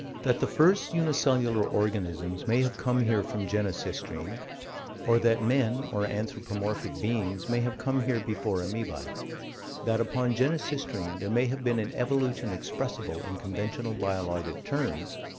that the first unicellular organisms may have come here from genesistrine or that men or anthropomorphic beings may have come here before amoebae that, upon genesistrine, there may have been an evolution expressible in conventional biologic terms,